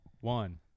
one